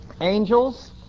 angels